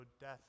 death